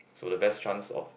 so the best chance of